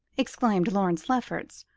exclaimed lawrence lefferts,